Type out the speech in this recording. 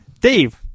dave